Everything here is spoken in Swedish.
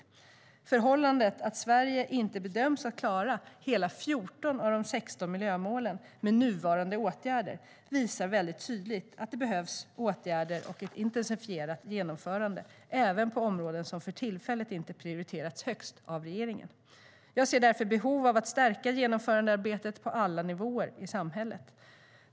Det förhållandet att Sverige inte bedöms klara hela 14 av de 16 miljömålen med nuvarande åtgärder visar mycket tydligt att det behövs åtgärder och ett intensifierat genomförande även på de områden som för tillfället inte prioriteras högst av regeringen. Jag ser därför ett behov av att stärka genomförandearbetet på alla nivåer i samhället.